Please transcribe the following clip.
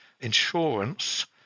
insurance